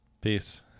Peace